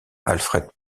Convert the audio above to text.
alfred